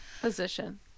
position